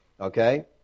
Okay